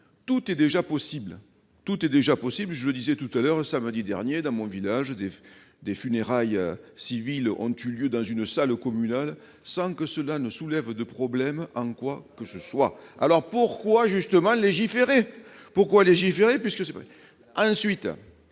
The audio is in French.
tout est déjà possible, tout est déjà possible, je le disais tout à l'heure, samedi dernier, dans mon village, EDF des funérailles civiles ont eu lieu dans une salle communale sans que cela ne soulève 2 problèmes : en quoi que ce soit, alors pourquoi justement légiférer pourquoi légiférer